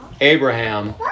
Abraham